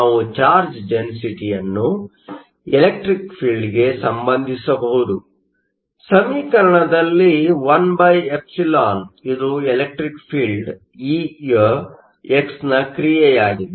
ನಾವು ಚಾರ್ಜ್ ಡೆನ್ಸಿಟಿಯನ್ನು ಎಲೆಕ್ಟ್ರಿಕ್ ಫೀಲ್ಡ್Electreic fieldಗೆ ಸಂಬಂಧಿಸಬಹುದು ಸಮೀಕರಣದಲ್ಲಿ 1ε ಇದು ಎಲೆಕ್ಟ್ರಿಕ್ ಫೀಲ್ಡ್Electreic field E ಯ x ನ ಕ್ರಿಯೆಯಾಗಿದೆ